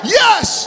yes